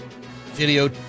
video